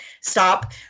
Stop